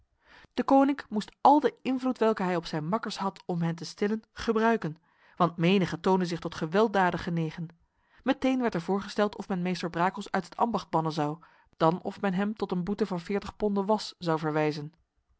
deconinck moest al de invloed welke hij op zijn makkers had om hen te stillen gebruiken want menige toonde zich tot gewelddaden genegen meteen werd er voorgesteld of men meester brakels uit het ambacht bannen zou dan of men hem tot een boete van veertig ponden was zou verwijzen